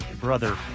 brother